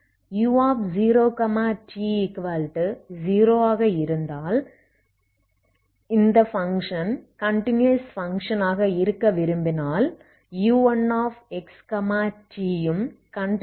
u0t0ஆக இருந்தால் இந்த function continuous function ஆக இருக்க விரும்பினால் u1xt யும் கன்டினியஸ் பங்க்ஷன் ஆக இருக்கும்